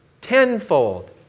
tenfold